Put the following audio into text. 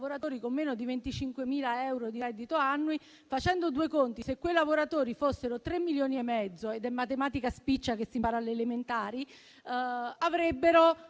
con meno di 25.000 euro di reddito annuo. Facendo due conti, se quei lavoratori fossero 3,5 milioni (ed è matematica spiccia che si impara alle elementari), avrebbero